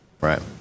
right